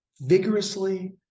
vigorously